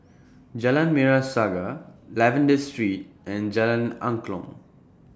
Jalan Merah Saga Lavender Street and Jalan Angklong